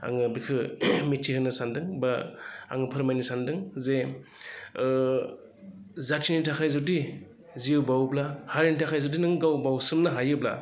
आङो बेखौ मिथिहोनो सान्दों बा आं फोरमायनो सान्दों जे जातिनि थाखाय जुदि जिउ बावोब्ला हारिनि थाखाय जुदि नों गाव बावसोमनो हायोब्ला